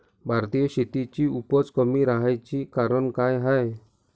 भारतीय शेतीची उपज कमी राहाची कारन का हाय?